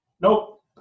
Nope